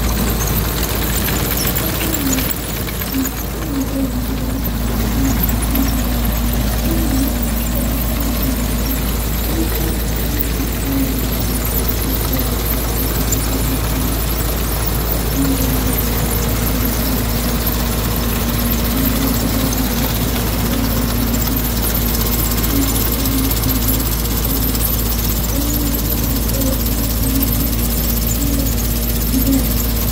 افضل ان تكون لدي القدرة على التحكم في الماء، لان الماء شيء اساسي للحياة، ويمكن استخدامه في كثير من الامور مثل الزراعة وتنظيف البيئة، واخماد النار او الحرائق يعني، والقدرة على جلب المطر في اوقات الجفاف، ومساعدة هالمجتمعات بشكل عام، بينما النار له قوته لكن الماء لها تأثير ايجابي على الحياة.